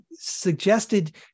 suggested